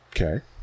Okay